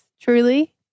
truly